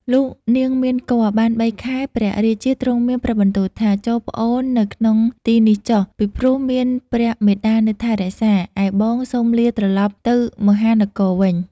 លុះនាងមានគភ៌‌បានបីខែព្រះរាជាទ្រង់មានព្រះបន្ទូលថា ចូរប្អូននៅក្នុងទីនេះចុះ ពីព្រោះមានព្រះមាតានៅថែរក្សា ឯបងសូមលាត្រលប់ទៅមហានគរវិញ។